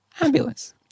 Ambulance